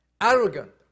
Arrogant